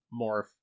morph